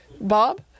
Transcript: Bob